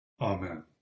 Amen